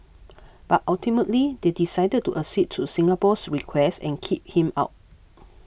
but ultimately they decided to accede to Singapore's request and kick him out